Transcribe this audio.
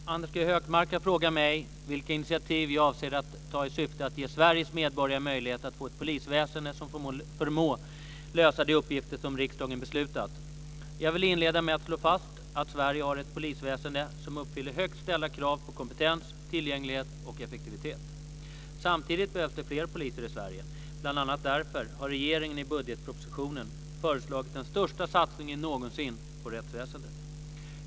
Fru talman! Anders G Högmark har frågat mig vilka initiativ jag avser att ta i syfte att ge Sveriges medborgare möjlighet att få ett polisväsende som förmår lösa de uppgifter som riksdagen beslutat. Jag vill inleda med att slå fast att Sverige har ett polisväsende som uppfyller högt ställda krav på kompetens, tillgänglighet och effektivitet. Samtidigt behövs det fler poliser i Sverige. Bl.a. därför har regeringen i budgetpropositionen föreslagit den största satsningen någonsin på rättsväsendet.